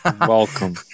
welcome